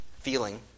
Feeling